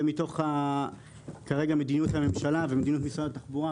זה מתוך מדיניות הממשלה ומדיניות משרד התחבורה,